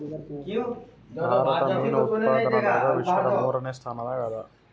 ಭಾರತ ಮೀನು ಉತ್ಪಾದನದಾಗ ವಿಶ್ವದ ಮೂರನೇ ಸ್ಥಾನದಾಗ ಅದ